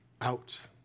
out